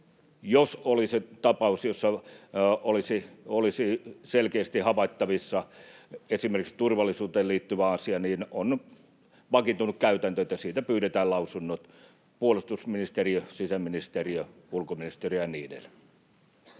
jos olisi tapaus, jossa olisi selkeästi havaittavissa esimerkiksi turvallisuuteen liittyvä asia, niin vakiintunut käytäntö on, että siitä pyydetään lausunnot: puolustusministeriö, sisäministeriö, ulkoministeriö ja niin